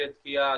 של תקיעה,